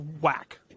whack